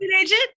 agent